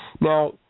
Now